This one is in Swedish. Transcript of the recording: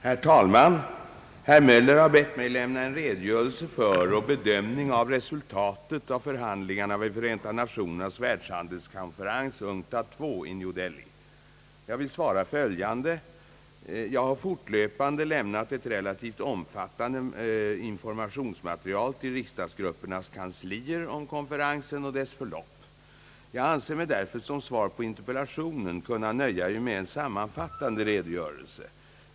Herr talman! Herr Möller har bett mig lämna en redogörelse för och bedömning av resultatet av förhandlingarna vid Förenta Nationernas världshandelskonferens, UNCTAD II, i New Delhi. Jag vill svara följande. Jag har fortlöpande lämnat ett relativt omfattande informationsmaterial till riksdagsgruppernas kanslier om konferensen och dess förlopp. Jag anser mig därför som svar på interpellationen kunna nöja mig med en sammanfattande redogörelse.